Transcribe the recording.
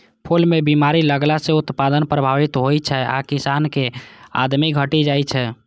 फूल मे बीमारी लगला सं उत्पादन प्रभावित होइ छै आ किसानक आमदनी घटि जाइ छै